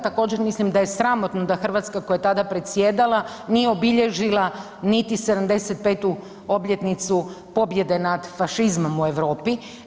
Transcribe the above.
Također mislim da je sramotno da Hrvatska koja je tada predsjedala nije obilježila niti 75-tu obljetnicu pobjede nad fašizmom u Europi.